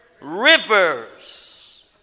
rivers